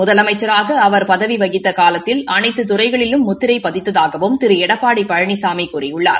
முதலமைச்சராக அவர் பதவி வகித்த காலத்தில் அனைத்து துறைகளிலும் முத்திரை பதித்ததாகவும் திரு எடப்பாடி பழனிசாமி கூறியுள்ளார்